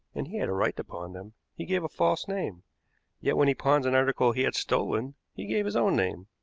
and he had a right to pawn them, he gave a false name yet, when he pawns an article he had stolen, he gave his own name.